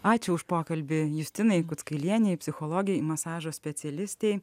ačiū už pokalbį justinai kuckailienei psichologei masažo specialistė